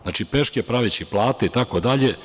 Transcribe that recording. Znači, peške praveći plate itd.